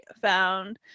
found